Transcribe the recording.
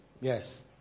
Yes